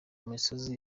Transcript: misozi